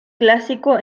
clásico